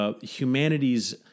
humanity's